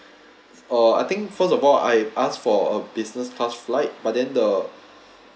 orh I think first of all I ask for a business class flight but then the